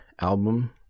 album